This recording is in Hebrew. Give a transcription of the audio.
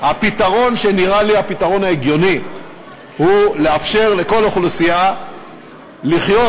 הפתרון שנראה לי הפתרון ההגיוני הוא לאפשר לכל אוכלוסייה לחיות,